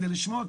כדי לשמוע,